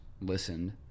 listened